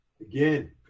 Again